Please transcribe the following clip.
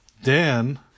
Dan